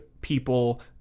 people